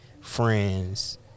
friends